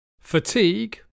fatigue